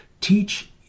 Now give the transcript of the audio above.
teach